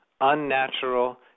unnatural